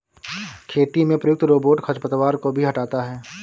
खेती में प्रयुक्त रोबोट खरपतवार को भी हँटाता है